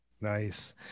Nice